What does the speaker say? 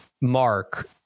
Mark